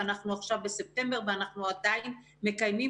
ואנחנו עכשיו בספטמבר ואנחנו עדיין מקיימים